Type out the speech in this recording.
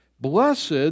Blessed